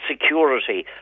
security